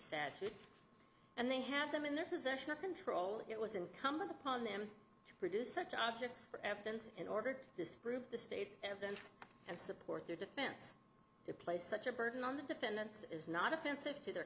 statute and they have them in their possession or control it was incumbent upon them to produce such objects for evidence in order to disprove the state's evidence and support their defense to place such a burden on the defendants is not offensive to their